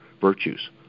virtues